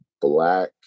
Black